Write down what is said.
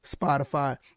Spotify